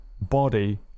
body